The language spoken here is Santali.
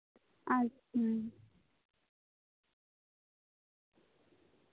ᱟᱪᱪᱷᱟ